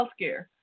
healthcare